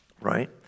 right